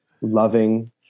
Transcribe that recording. loving